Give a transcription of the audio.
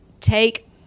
take